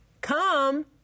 come